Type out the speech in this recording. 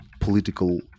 political